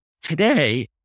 today